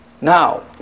Now